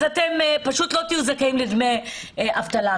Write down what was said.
אתם לא תהיו זכאים לדמי אבטלה.